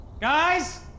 Guys